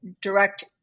direct